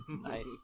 Nice